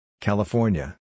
California